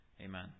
Amen